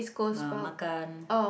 uh makan